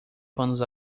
panos